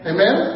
Amen